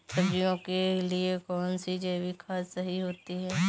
सब्जियों के लिए कौन सी जैविक खाद सही होती है?